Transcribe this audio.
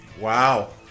Wow